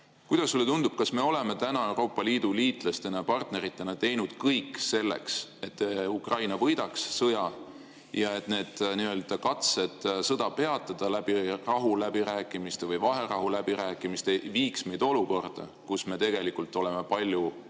Kuidas sulle tundub, kas me oleme täna Euroopa Liidu liitlastena, partneritena teinud kõik selleks, et Ukraina võidaks sõja ja kas need katsed sõda peatada rahuläbirääkimiste või vaherahu läbirääkimiste teel ei vii meid olukorda, kus me tegelikult oleme palju